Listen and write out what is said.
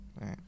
right